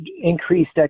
increased